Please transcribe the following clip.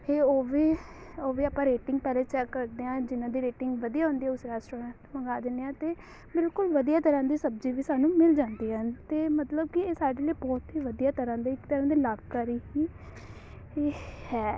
ਇਹ ਉਹ ਵੀ ਉਹ ਵੀ ਆਪਾਂ ਰੇਟਿੰਗ ਪਹਿਲੇ ਚੈੱਕ ਕਰਦੇ ਹਾਂ ਜਿਨ੍ਹਾਂ ਦੀ ਰੇਟਿੰਗ ਵਧੀਆ ਹੁੰਦੀ ਆ ਉਸ ਰੈਸਟੋਰੈਂਟ ਤੋਂ ਮੰਗਾ ਦਿੰਦੇ ਹਾਂ ਤਾਂ ਬਿਲਕੁਲ ਵਧੀਆ ਤਰ੍ਹਾਂ ਦੀ ਸਬਜ਼ੀ ਵੀ ਸਾਨੂੰ ਮਿਲ ਜਾਂਦੀ ਹੈ ਤਾਂ ਮਤਲਬ ਕਿ ਇਹ ਸਾਡੇ ਲਈ ਬਹੁਤ ਹੀ ਵਧੀਆ ਤਰ੍ਹਾਂ ਦਾ ਇੱਕ ਤਰ੍ਹਾਂ ਦੇ ਲਾਭਕਾਰੀ ਹੀ ਹੀ ਹੈ